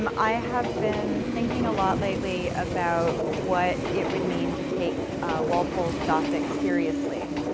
um i have been thinking a lot lately about what it would mean to take walpole's gothic seriously,